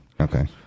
Okay